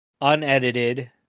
unedited